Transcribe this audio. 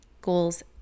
Goals